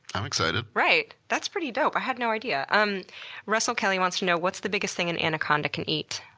i'm excited. right? that's pretty dope. i had no idea. um russel kelly wants to know what's the biggest thing an anaconda can eat?